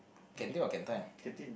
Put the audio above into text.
canteen or can time